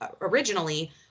originally